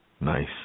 Nice